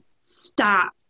stop